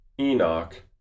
Enoch